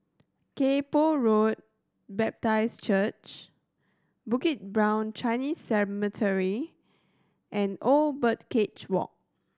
Kay Poh Road Baptist Church Bukit Brown Chinese Cemetery and Old Birdcage Walk